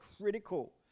critical